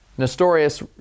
Nestorius